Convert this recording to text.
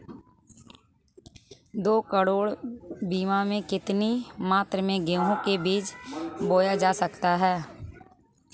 दो एकड़ भूमि में कितनी मात्रा में गेहूँ के बीज बोये जा सकते हैं?